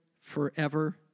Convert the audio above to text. forever